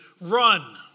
run